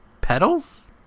petals